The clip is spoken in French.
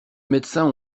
médecins